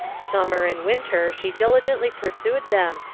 summer and winter she diligently pursued them,